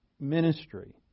ministry